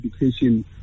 education